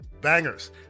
bangers